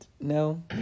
no